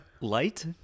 Light